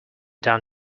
down